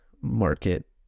market